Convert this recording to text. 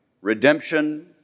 Redemption